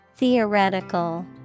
Theoretical